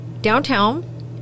downtown